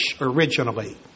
originally